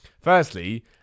firstly